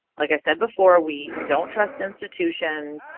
like i said before, we don't trust institutions.